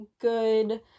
good